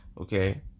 Okay